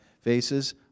faces